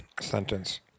sentence